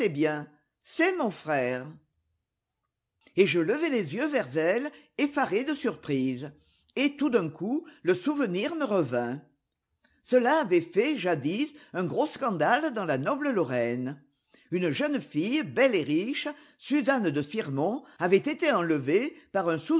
c'est mon frère et je levai les yeux vers elle effaré de surprise et tout d'un coup le souvenir me revint cela avait fait jadis un gros scandale dans la noble lorraine une jeune fille belle et riche suzanne de sirmont avait été enlevée par un